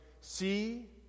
See